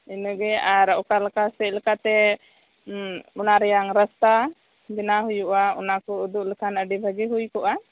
ᱟᱨ ᱚᱠᱟ ᱞᱮᱠᱟ ᱥᱮᱫ ᱞᱮᱠᱟᱛᱮ ᱚᱱᱟ ᱨᱮᱭᱟᱜ ᱨᱟᱥᱛᱟ ᱵᱟᱱᱟᱣ ᱦᱩᱭᱩᱜᱼᱟ ᱚᱱᱟ ᱠᱚ ᱩᱫᱩᱜ ᱞᱮᱠᱷᱟᱱ ᱟᱹᱰᱤ ᱵᱷᱟᱹᱜᱤ ᱦᱩᱭ ᱠᱚᱜᱼᱟ